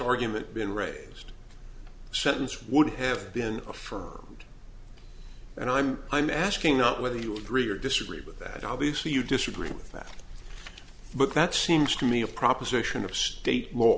argument been raised sentence would have been affirmed and i'm i'm asking not whether you agree or disagree with that obviously you disagree with that but that seems to me a proposition of state law